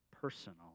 personal